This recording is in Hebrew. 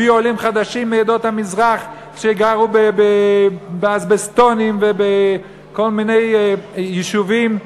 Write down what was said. הביאו עולים חדשים מעדות המזרח שגרו באזבסטונים ובכל מיני יישובים,